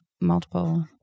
multiple